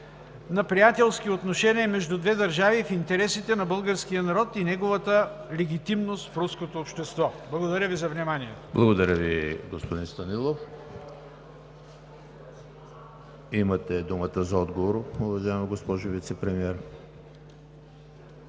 на приятелски отношения между две държави в интересите на българския народ и неговата легитимност в руското общество? Благодаря Ви за вниманието. ПРЕДСЕДАТЕЛ ЕМИЛ ХРИСТОВ: Благодаря Ви, господин Станилов. Имате думата за отговор, уважаема госпожо Вицепремиер.